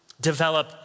develop